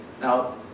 Now